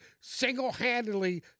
single-handedly